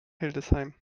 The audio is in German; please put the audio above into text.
hildesheim